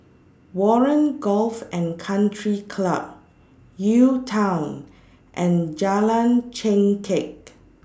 Warren Golf and Country Club UTown and Jalan Chengkek